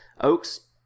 Oak's